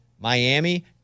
Miami